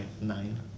nine